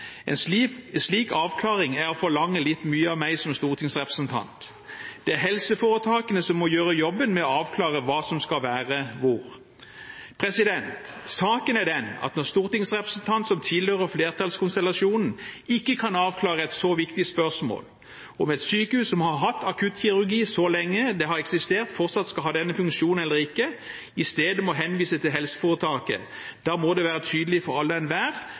betyr En slik avklaring er å forlange litt mye av meg som stortingsrepresentant. Det er helseforetakene som må gjøre jobben med å avklare hva som skal være hvor». Saken er den at når en stortingsrepresentant som tilhører flertallskonstellasjonen, ikke kan avklare et så viktig spørsmål om et sykehus som har hatt akuttkirurgi så lenge det har eksistert, fortsatt skal ha denne funksjonen eller ikke, og i stedet må henvise til helseforetaket, må det være tydelig for alle